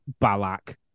Balak